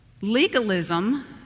Legalism